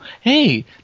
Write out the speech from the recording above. hey